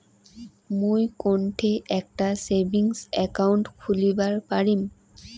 মুই কোনঠে একটা সেভিংস অ্যাকাউন্ট খুলিবার পারিম?